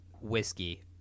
whiskey